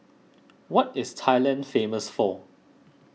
what is Thailand famous for